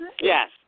Yes